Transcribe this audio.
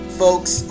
folks